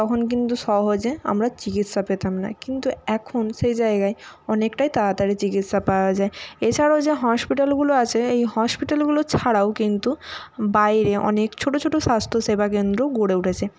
তখন কিন্তু সহজে আমরা চিকিৎসা পেতাম না কিন্তু এখন সেই জায়গায় অনেকটাই তাড়াতাড়ি চিকিৎসা পাওয়া যায় এছাড়াও যে হসপিটালগুলো আছে এই হসপিটালগুলো ছাড়াও কিন্তু বাইরে অনেক ছোট ছোট স্বাস্থ্যসেবা কেন্দ্র গড়ে উঠেছে